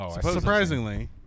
Surprisingly